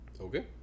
Okay